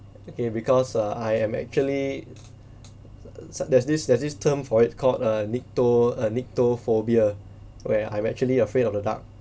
okay because uh I am actually s~ there's this there's this term for it called uh nycto~ uh nyctophobia where I'm actually afraid of the dark